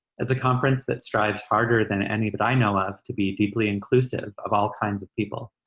it's a conference that strives harder than any that i know of to be deeply inclusive of all kinds of people,